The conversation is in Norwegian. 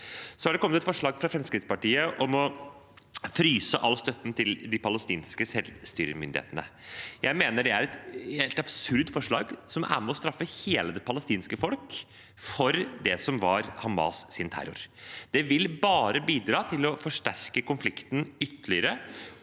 Det er kommet et forslag fra Fremskrittspartiet om å fryse all støtte til de palestinske selvstyremyndighetene. Jeg mener det er et helt absurd forslag som er med på å straffe hele det palestinske folk for det som var Hamas’ terror. Det vil bare bidra til å forsterke konflikten ytterligere,